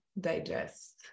digest